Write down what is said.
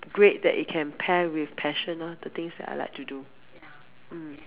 great that it can pair with passion lor the things that I like to do mm